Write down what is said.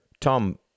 Tom